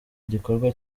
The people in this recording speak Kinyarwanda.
igikorwa